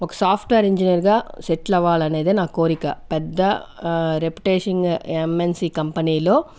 ఒక software engineer గా settle అవ్వాలనేదే నా కోరిక పెద్ద రెపుటేషింగ్ ఎంఎన్సి కంపెనీ లో